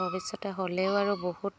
ভৱিষ্যত হ'লেও আৰু বহুত